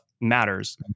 matters